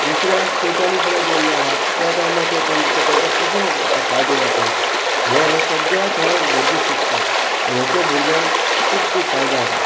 दुसऱ्या स्टेटानी सुद्दा गेल्ले आहात त्या टायमाचो ते तांकां कसो फायदो जाता हे हे सगळ्या थंय भुरगीं शिकतात आनी हाचो भुरग्यांक खूब खूब फायदो जाता